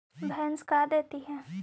भैंस का देती है?